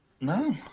No